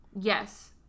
Yes